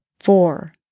four